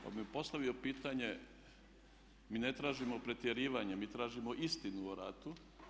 Pa bi mu postavio pitanje mi ne tražimo pretjerivanje mi tražimo istinu o ratu.